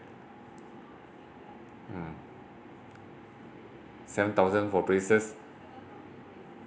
mm seven thousand for braces